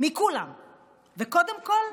מכולם וקודם כול,